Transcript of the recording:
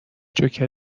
جوکر